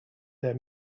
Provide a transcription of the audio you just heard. their